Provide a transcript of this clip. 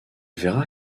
verra